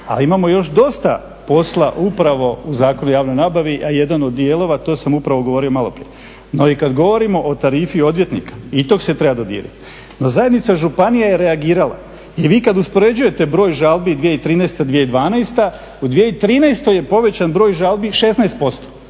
A imamo još dosta posla upravo u Zakonu o javnoj nabavi, a jedan od dijelova, to sam upravo govorio maloprije. No i kad govorimo o tarifi odvjetnika i tog se treba … No zajednica županije je reagirala i vi kad uspoređujete broj žalbi 2013./2012. u 2013. je povećan broj žalbi 16%,